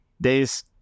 days